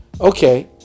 okay